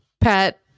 pat